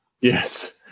yes